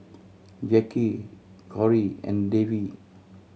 Jacki Cori and Davie